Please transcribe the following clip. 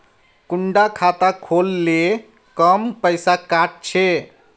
कुंडा खाता खोल ले कम पैसा काट छे?